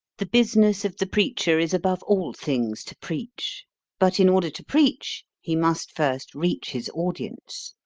the business of the preacher is above all things to preach but in order to preach, he must first reach his audience.